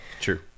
True